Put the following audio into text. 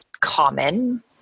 common